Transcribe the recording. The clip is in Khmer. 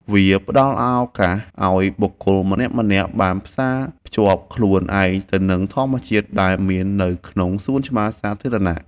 វាផ្ដល់ឱកាសឱ្យបុគ្គលម្នាក់ៗបានផ្សារភ្ជាប់ខ្លួនឯងទៅនឹងធម្មជាតិដែលមាននៅក្នុងសួនច្បារសាធារណៈ។